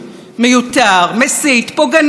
שמבאיש את שמה של ישראל בעמים.